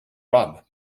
rub